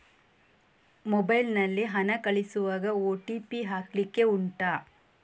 mobile ನಲ್ಲಿ ಹಣ ಕಳಿಸುವಾಗ ಓ.ಟಿ.ಪಿ ಹಾಕ್ಲಿಕ್ಕೆ ಉಂಟಾ